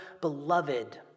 beloved